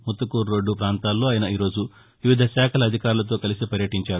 Muthukur road ప్రాంతాల్లో ఆయన ఈ రోజు వివిధ శాఖల అధికారులతో కలిసి పర్యటీంచారు